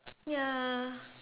ya